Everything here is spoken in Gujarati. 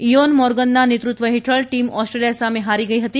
ઇયોન મોર્ગનના નેતૃત્વ હેઠળ ટીમ ઓસ્ટ્રેલિયા સામે હારી ગઇ હતી